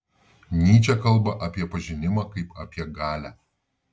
nyčė kalba apie pažinimą kaip apie galią